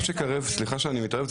סליחה שאני מתערב.